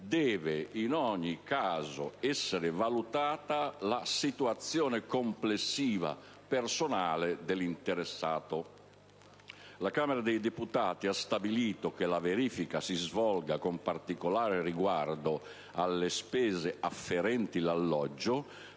deve, in ogni caso, essere valutata la situazione personale complessiva dell'interessato. A tal fine la Camera dei deputati ha stabilito che la verifica si svolga con particolare riguardo alle spese afferenti l'alloggio,